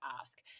ask